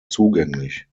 zugänglich